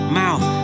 mouth